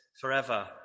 forever